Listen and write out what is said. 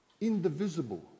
indivisible